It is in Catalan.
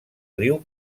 riu